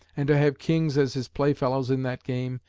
and to have kings as his playfellows in that game,